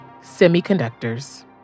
Semiconductors